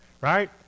right